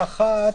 הערה אחת.